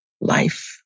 Life